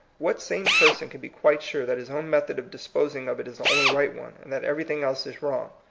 what sane person can be quite sure that his own method of disposing of it is the only right one, and that everything else is wrong?